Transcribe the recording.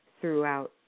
throughout